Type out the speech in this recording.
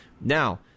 Now